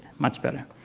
much better.